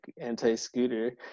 anti-scooter